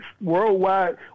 worldwide